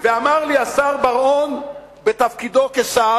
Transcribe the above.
ואמר לי השר בר-און בתפקידו כשר